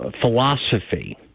philosophy